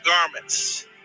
garments